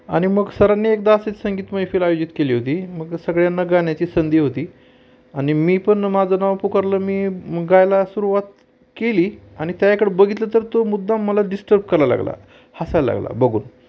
आणि मग सरांनी एकदा असाच संगीत मैफिल आयोजित केली होती मग सगळ्यांना गाण्याची संधी होती आणि मीपण माझं नाव पुकारलं मी गायला सुरुवात केली आणि त्याकडं बघितलं तर तो मुद्दाम मला डिस्टर्ब करायला लागला हसायला लागला बघून